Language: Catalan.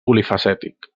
polifacètic